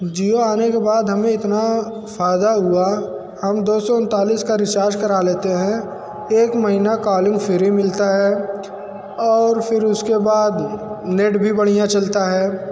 जिओ आने के बाद हमें इतना फ़ायदा हुआ हम दो सौ उनतालिस का रीचार्ज करा लेते हैं एक महीना कालिंग फ्री मिलती है और फिर उसके बाद नेट भी बढ़िया चलता है